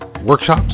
workshops